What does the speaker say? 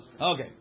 Okay